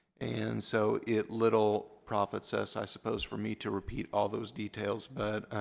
and so it little profits us i suppose for me to repeat all those details, but